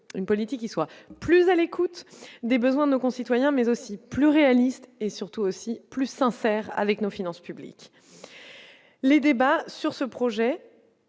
une politique qui soit plus à l'écoute des besoins de nos concitoyens mais aussi plus réaliste et surtout aussi plus sincères avec nos finances publiques, les débats sur ce projet,